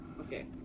Okay